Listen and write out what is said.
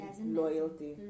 loyalty